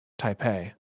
Taipei